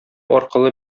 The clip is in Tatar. аркылы